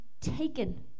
taken